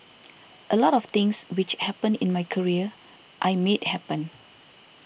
a lot of things which happened in my career I made happen